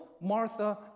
Martha